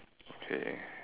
okay